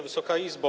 Wysoka Izbo!